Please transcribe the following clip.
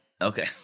Okay